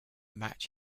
match